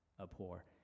abhor